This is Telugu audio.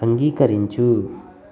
అంగీకరించు